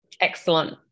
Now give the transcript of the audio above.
Excellent